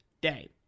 day